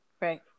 Right